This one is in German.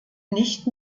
nicht